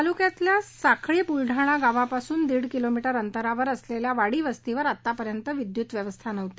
तालुक्यातील साखळी बुलडाणा गावापासून दीड किलोमिटर अंतरावर असलेल्या वाडी वस्तीवर आतापर्यंत विद्युतची व्यवस्था नव्हती